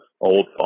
old